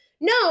no